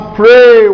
pray